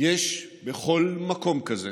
יש בכל מקום כזה